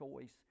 choice